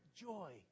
joy